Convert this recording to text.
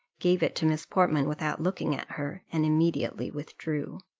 gave it to miss portman without looking at her, and immediately withdrew.